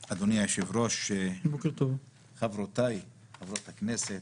בוקר טוב, אדוני היושב-ראש, חברותיי חברות הכנסת.